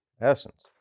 essence